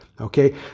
okay